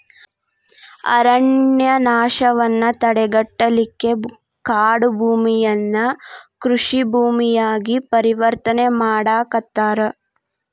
ಅರಣ್ಯನಾಶವನ್ನ ತಡೆಗಟ್ಟಲಿಕ್ಕೆ ಕಾಡುಭೂಮಿಯನ್ನ ಕೃಷಿ ಭೂಮಿಯಾಗಿ ಪರಿವರ್ತನೆ ಮಾಡಾಕತ್ತಾರ